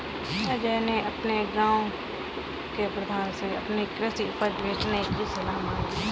अजय ने अपने गांव के प्रधान से अपनी कृषि उपज बेचने की सलाह मांगी